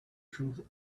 truth